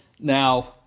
Now